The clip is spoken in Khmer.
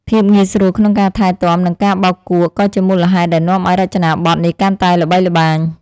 ភាពងាយស្រួលក្នុងការថែទាំ និងការបោកគក់ក៏ជាមូលហេតុដែលនាំឱ្យរចនាប័ទ្មនេះកាន់តែល្បីល្បាញ។